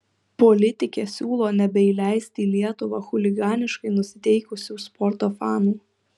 politikė siūlo nebeįleisti į lietuvą chuliganiškai nusiteikusių sporto fanų